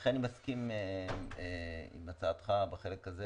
לכן אני מסכים עם הצעתך בחלק הזה,